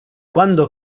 quando